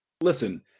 Listen